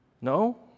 No